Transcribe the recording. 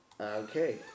Okay